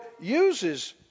uses